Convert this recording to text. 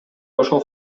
ошол